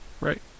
Right